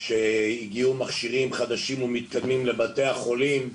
שהגיעו מכשירים חדשים ומתקדמים לבתי החולים,